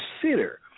consider